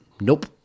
nope